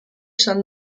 san